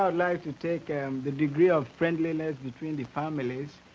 ah like to take and the degree of friendliness between the families,